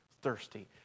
thirsty